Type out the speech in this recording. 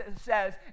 says